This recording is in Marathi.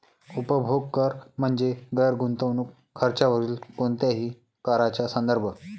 उपभोग कर म्हणजे गैर गुंतवणूक खर्चावरील कोणत्याही कराचा संदर्भ